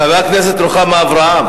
חברת הכנסת רוחמה אברהם,